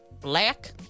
black